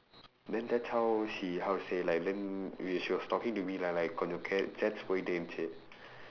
then that's how she how to say like then we she was talking to me lah like கொஞ்சம்:konjsam chats போயிக்கிட்டே இருந்துச்சு:pooyikkitdee irundthuchsu